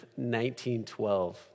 1912